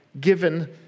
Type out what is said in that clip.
given